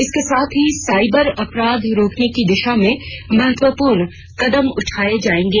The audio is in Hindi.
इसके साथ ही साइबर अपराध रोकने की दिशा में महत्वपूर्ण कदम उठाए जाएंगे